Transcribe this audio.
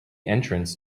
entrance